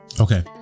Okay